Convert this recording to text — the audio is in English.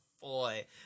boy